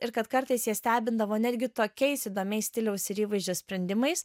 ir kad kartais ją stebindavo netgi tokiais įdomiais stiliaus ir įvaizdžio sprendimais